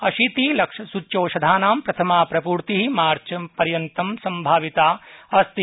अशीति लक्ष सूच्यौषधानां प्रथमा आपूर्ति मार्चपर्यन्तं सम्भाविता अस्ति